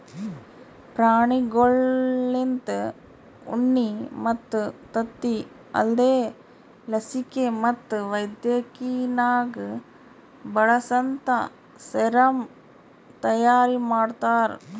ಪ್ರಾಣಿಗೊಳ್ಲಿಂತ ಉಣ್ಣಿ ಮತ್ತ್ ತತ್ತಿ ಅಲ್ದೇ ಲಸಿಕೆ ಮತ್ತ್ ವೈದ್ಯಕಿನಾಗ್ ಬಳಸಂತಾ ಸೆರಮ್ ತೈಯಾರಿ ಮಾಡ್ತಾರ